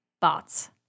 bots